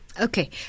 Okay